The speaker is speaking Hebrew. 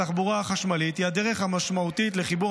התחבורה החשמלית היא הדרך משמעותית לחיבור